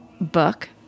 book